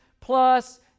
plus